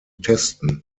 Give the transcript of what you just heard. testen